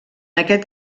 aquest